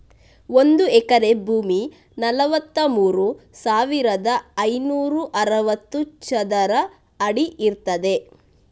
ಒಂದು ಎಕರೆ ಭೂಮಿ ನಲವತ್ತಮೂರು ಸಾವಿರದ ಐನೂರ ಅರವತ್ತು ಚದರ ಅಡಿ ಇರ್ತದೆ